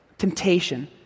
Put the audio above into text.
temptation